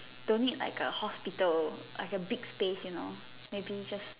don't need like a hospital like a big space you know maybe just